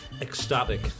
Ecstatic